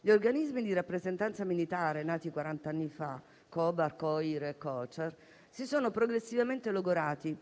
Gli organismi di rappresentanza militare nati quarant'anni fa (Co.Ba.R., Co.I.R. e Co.Ce.R.) si sono progressivamente logorati